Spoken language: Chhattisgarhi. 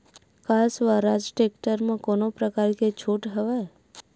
का स्वराज टेक्टर म कोनो प्रकार के छूट हवय?